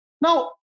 Now